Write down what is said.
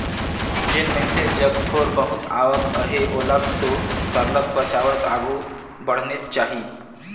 जेन मइनसे जग थोर बहुत आवक अहे ओला तो सरलग बचावत आघु बढ़नेच चाही